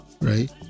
right